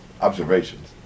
observations